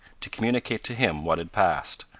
to communicate to him what had passed.